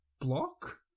block